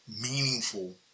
meaningful